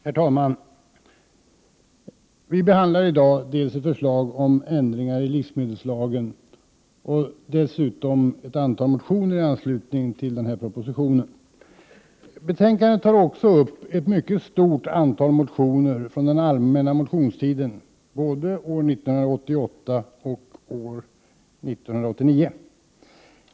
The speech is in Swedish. Herr talman! Vi behandlar i dag dels ett förslag om ändringar i livsmedelslagen, dels ett antal motioner i anslutning till propositionen om livsmedelskontroll. I betänkandet behandlas dessutom ett mycket stort antal motioner från den allmänna motionstiden 1988 och 1989.